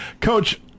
Coach